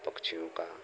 पक्षियों का